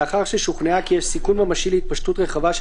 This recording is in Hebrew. לאחר ששוכנעה כי יש סיכון ממשי להתפשטות רחבה של